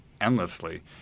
endlessly